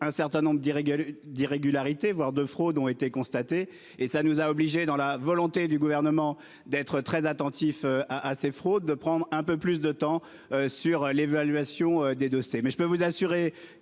d'irrégularités d'irrégularités, voire de fraudes ont été constatées et ça nous a obligé dans la volonté du gouvernement d'être très attentif à ces fraudes, de prendre un peu plus de temps sur l'évaluation des de c'est